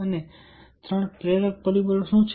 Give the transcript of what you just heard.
અને ત્રણ પ્રેરક પરિબળો શું છે